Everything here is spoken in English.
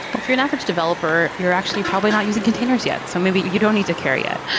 well, if you're an average developer, you're actually probably not using containers yet, so maybe you don't need to carry yet,